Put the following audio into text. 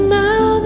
now